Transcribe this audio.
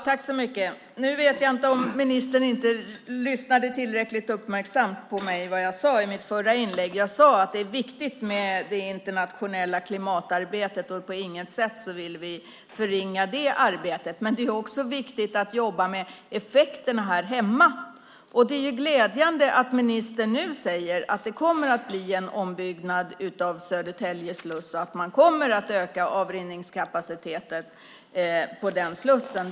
Herr talman! Jag vet inte om ministern lyssnade tillräckligt uppmärksamt på vad jag sade i mitt förra inlägg. Jag sade nämligen att det internationella klimatarbetet är viktigt, och vi vill på intet sätt förringa det arbetet. Det är emellertid också viktigt att jobba med effekterna här hemma. Det är glädjande att ministern nu säger att det kommer att bli en ombyggnad av Södertälje sluss och att man kommer att öka avrinningskapaciteten på slussen.